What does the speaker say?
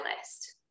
list